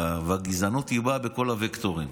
והגזענות באה בכל הווקטורים,